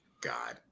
God